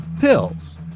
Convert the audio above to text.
pills